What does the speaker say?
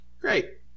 Great